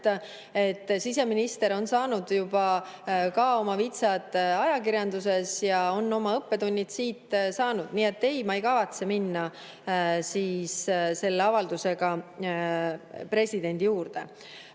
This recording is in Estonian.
et siseminister on juba saanud oma vitsad ajakirjanduses ja on oma õppetunnid siit saanud. Nii et ei, ma ei kavatse minna selle avaldusega presidendi juurde.